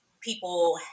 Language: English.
people